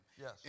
Yes